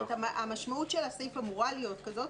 המשמעות של הסעיף אמורה להיות כזאת.